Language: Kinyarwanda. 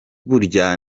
burya